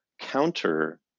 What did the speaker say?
counter